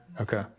Okay